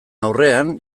aurrean